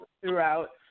throughout